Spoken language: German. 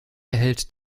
erhält